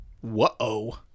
whoa